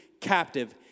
captive